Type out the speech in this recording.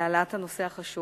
על העלאת הנושא החשוב